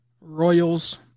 Royals